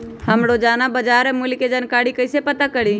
हम रोजाना बाजार मूल्य के जानकारी कईसे पता करी?